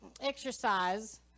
exercise